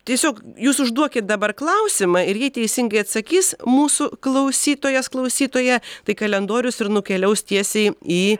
tiesiog jūs užduokit dabar klausimą ir jei teisingai atsakys mūsų klausytojas klausytoja tai kalendorius ir nukeliaus tiesiai į